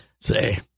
say